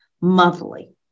monthly